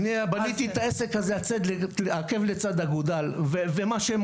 אני בניתי את העסק הזה עקב בצד אגודל ומה שהם